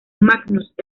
magnus